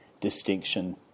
distinction